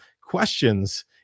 questions